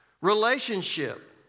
relationship